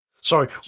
Sorry